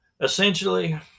Essentially